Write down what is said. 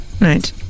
Right